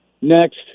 Next